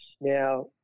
now